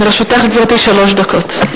לרשותך, גברתי, שלוש דקות.